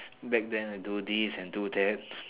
back then I do this and do that